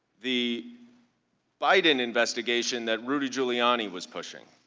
the biden investigation that rudy giuliani was pushing,